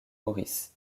maurice